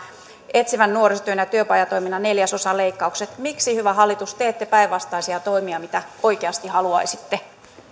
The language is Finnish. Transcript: etsivän nuorisotyön ja työpajatoiminnan neljäsosaleikkaukset miksi hyvä hallitus teette päinvastaisia toimia kuin mitä oikeasti haluaisitte